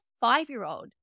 five-year-old